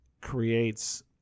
creates